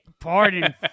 Pardon